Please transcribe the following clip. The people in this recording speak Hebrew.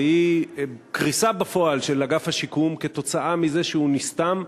והיא קריסה בפועל של אגף השיקום כתוצאה מזה שהוא נסתם,